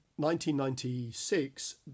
1996